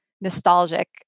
nostalgic